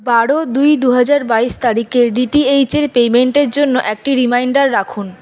বারো দুই দুহাজার বাইশ তারিখে ডিটিএইচের পেইমেন্টের জন্য একটি রিমাইন্ডার রাখুন